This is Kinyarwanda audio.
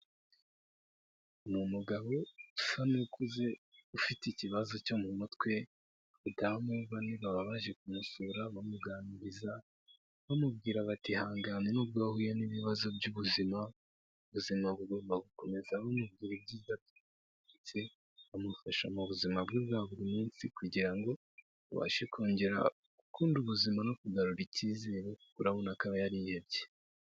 Ni umugabo usa n'ukuze ufite ikibazo cyo mu mutwe abadamu bane baba baje kumusura bamuganiriza bamubwira bati: " Ihangane nubwo ya huhuye n'ibibazo by'ubuzima ubuzima bugomba gukomeza bamumubwira ibymufasha mu buzima bwe bwa buri munsi kugira ngo abashe kongera gukunda ubuzima no kugarura icyizere urabona akaba yarihebye.''